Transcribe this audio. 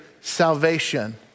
salvation